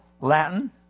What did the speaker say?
Latin